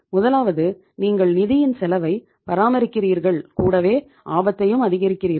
முதலாவது நீங்கள் நிதியின் செலவை பராமரிக்கிறீர்கள் கூடவே ஆபத்தையும் அதிகரிக்கிறீர்கள்